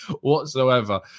whatsoever